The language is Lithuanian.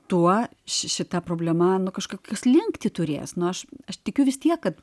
tuo šita problema nu kažkokią slinktį turėsnu aš aš tikiu vis tiek kad